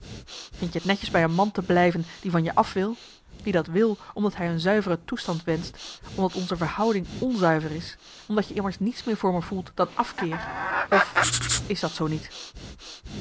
vindt je t netjes bij een man te blijven die van je af wil die dat wil omdat hij een zuivere toestand wenscht omdat onze verhouding onzuiver is omdat je immers niets meer voor me voelt dan afkeer of is dat zoo niet